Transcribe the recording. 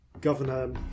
governor